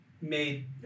made